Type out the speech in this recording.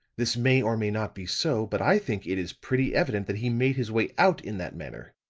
this may or may not be so but i think it is pretty evident that he made his way out in that manner.